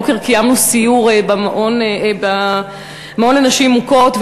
הבוקר קיימנו סיור במעון לנשים מוכות,